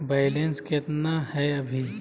Balance केतना हय अभी?